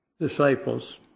disciples